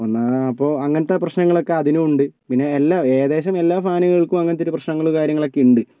ഒന്ന് അപ്പം അങ്ങനത്തെ പ്രശ്നങ്ങളൊക്കെ അതിനും ഉണ്ട് പിന്നെ എല്ല ഏകദേശം എല്ലാ ഫാനുകൾക്കും അങ്ങനത്തെ ഒരു പ്രശ്നങ്ങളും കാര്യങ്ങളൊക്കെ ഉണ്ട്